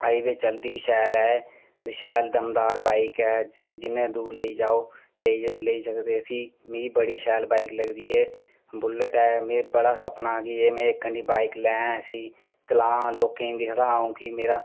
एह् बी चलदी बी शैल शैल दमदार बाइक ऐ जिन्नै दूर लेईं जाओ लेई सकदे इसी मि बड़ी शैल बाइक लगदी ऐ एह् बुलैट बड़ा सपना गै एह् ऐ इक बाइक लै इसी चला लोकें ई दिखदा अ'ऊं कि